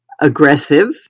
aggressive